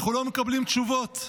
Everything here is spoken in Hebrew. אנחנו לא מקבלים תשובות.